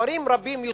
דברים רבים יתוקנו.